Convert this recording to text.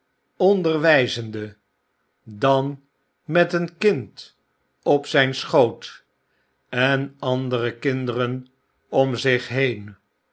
onderwijzende dan met een kind op zyn schoot en andere kinderen om zich heen